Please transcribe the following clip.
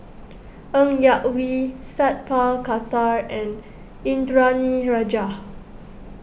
Ng Yak Whee Sat Pal Khattar and Indranee Rajah